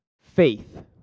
Faith